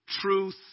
truth